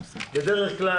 בדרך כלל,